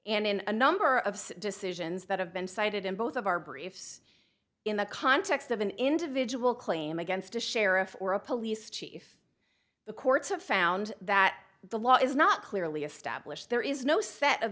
and in a number of decisions that have been cited in both of our briefs in the context of an individual claim against a sheriff or a police chief the courts have found that the law is not clearly established there is no set of